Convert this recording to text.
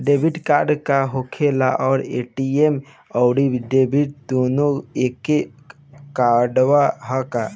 Debit card का होखेला और ए.टी.एम आउर डेबिट दुनों एके कार्डवा ह का?